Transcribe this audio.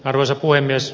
arvoisa puhemies